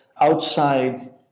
outside